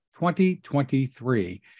2023